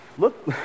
look